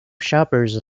shoppers